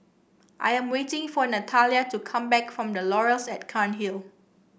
I am waiting for Natalia to come back from The Laurels at Cairnhill